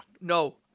No